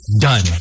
done